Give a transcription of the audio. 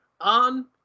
on